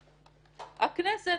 הכנסת,